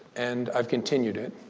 and i've continued it.